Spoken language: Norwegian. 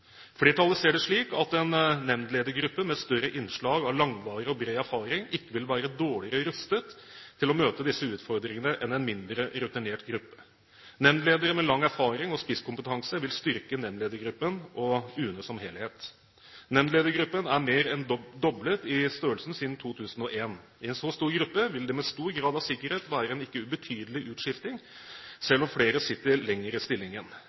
Flertallet ser det slik at en nemndledergruppe med større innslag av langvarig og bred erfaring ikke vil være dårligere rustet til å møte disse utfordringene enn en mindre rutinert gruppe. Nemndledere med lang erfaring og spisskompetanse vil styrke nemndledergruppen og UNE som helhet. Nemndledergruppen er mer enn doblet i størrelsen siden 2001. I en så stor gruppe vil det med stor grad av sikkerhet være en ikke ubetydelig utskifting selv om flere sitter lenger i stillingen.